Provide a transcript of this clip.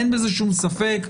אין בזה שום ספק.